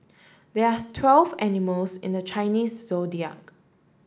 there are twelve animals in the Chinese Zodiac